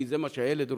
כי זה מה שהילד רוצה,